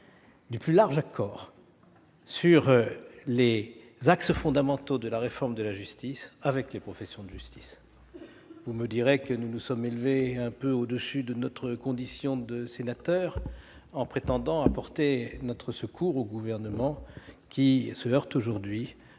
du plus large accord possible sur les axes fondamentaux de la réforme avec les professions de justice. Vous me rétorquerez que nous nous sommes élevés un peu au-dessus de notre condition de sénateur en prétendant apporter notre secours au Gouvernement, qui se heurte aujourd'hui